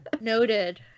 Noted